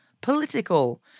political